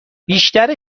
بیشتر